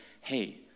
Hey